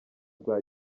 rwa